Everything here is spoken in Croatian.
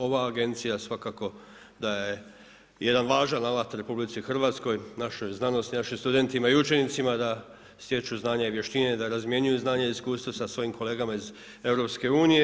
Ova Agencija svakako da je jedan važan alat RH, našoj znanosti i našim studentima i učenicima da stječu znanja i vještine, da razmjenjuju znanja i iskustva sa svojim kolegama iz EU.